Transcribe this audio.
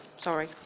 Sorry